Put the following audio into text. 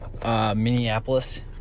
Minneapolis